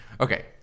Okay